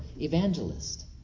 evangelist